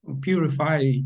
purify